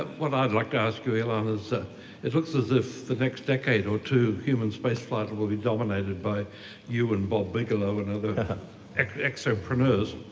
what i'd like to ask you, elon, is it looks as if the next decade or two, human spaceflight will will be dominated by you and bob bigelow and other exo-preneurs.